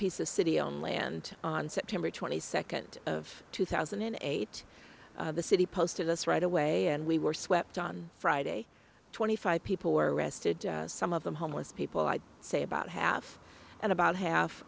piece of city on land on september twenty second of two thousand and eight the city posted us right away and we were swept on friday twenty five people were arrested some of them homeless people i'd say about half and about half